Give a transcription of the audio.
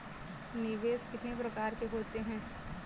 निवेश कितने प्रकार के होते हैं?